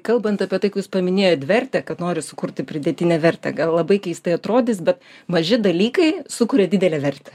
kalbant apie tai kai jūs paminėjot vertę kad noriu sukurti pridėtinę vertę gal labai keistai atrodys bet maži dalykai sukuria didelę vertę